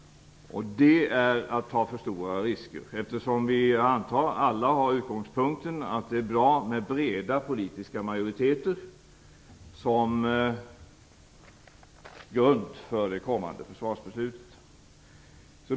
Det är att ta för stora risker. Jag antar att vi alla har utgångspunkten att det är bra med breda politiska majoriteter som grund för det kommande försvarsbeslutet.